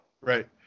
Right